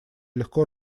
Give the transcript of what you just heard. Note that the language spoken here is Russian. легко